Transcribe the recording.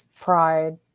Pride